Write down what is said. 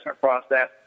process